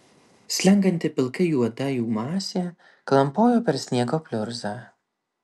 slenkanti pilkai juoda jų masė klampojo per sniego pliurzą